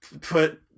put